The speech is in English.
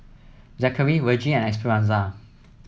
Zackery Vergie and Esperanza